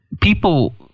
people